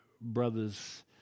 brothers